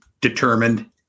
determined